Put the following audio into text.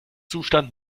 zustand